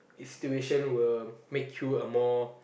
s~ situation will make you a more